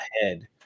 ahead